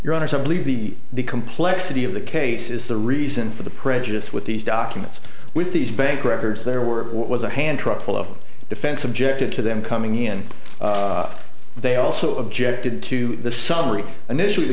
so i believe the the complexity of the case is the reason for the prejudice what these documents with these bank records there were was a hand truck full of defense objected to them coming in they also objected to the summary initially the